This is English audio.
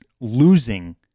losing